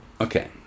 Okay